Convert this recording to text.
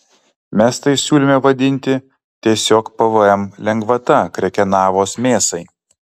mes tai siūlėme vadinti tiesiog pvm lengvata krekenavos mėsai